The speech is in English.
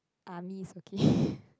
army is okay